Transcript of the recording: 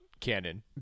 canon